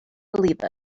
believe